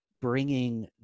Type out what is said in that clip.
bringing